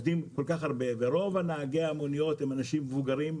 רוב נהגי המוניות הם אנשים מבוגרים,